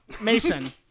Mason